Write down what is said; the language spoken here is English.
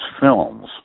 films